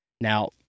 Now